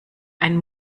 ein